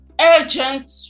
urgent